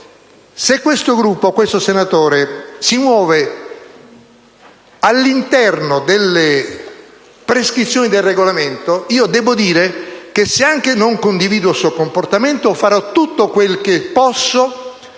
se questo Gruppo (o questo senatore) si muove all'interno delle prescrizioni del Regolamento, devo dire che, anche non condividendo il suo comportamento, farò tutto quel che posso